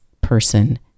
person